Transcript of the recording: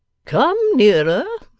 come nearer,